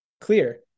clear